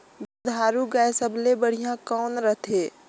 दुधारू गाय सबले बढ़िया कौन रथे?